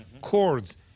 cords